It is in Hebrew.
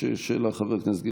מאוד מציעה לך,